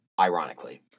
Ironically